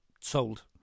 sold